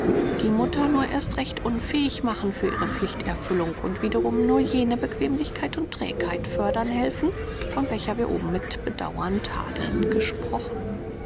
die mutter nur erst recht unfähig machen für ihre pflichterfüllung und wiederum nur jene bequemlichkeit und trägheit fördern helfen von welcher wir oben mit bedauern tadelnd gesprochen